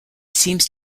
seems